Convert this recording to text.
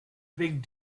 big